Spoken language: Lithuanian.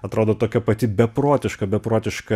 atrodo tokia pati beprotiška beprotiška